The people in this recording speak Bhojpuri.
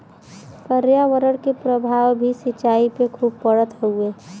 पर्यावरण के प्रभाव भी सिंचाई पे खूब पड़त हउवे